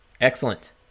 Excellent